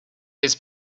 his